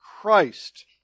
Christ